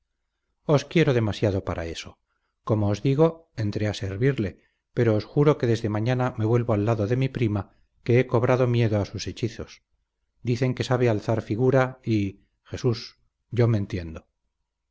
os quiero demasiado para eso como os digo entré a servirle pero os juro que desde mañana me vuelvo al lado de mi prima que he cobrado miedo a sus hechizos dicen que sabe alzar figura y jesús yo me entiendo